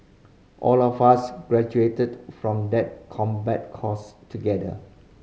all of us graduated from that combat course together